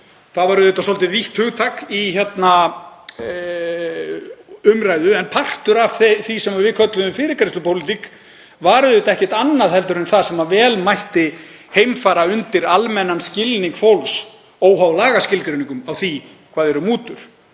Það var svolítið vítt hugtak í umræðu en partur af því sem við kölluðum fyrirgreiðslupólitík var ekkert annað en það sem vel mætti heimfæra undir almennan skilning fólks, óháð lagaskilgreiningu, á því hvað eru mútur,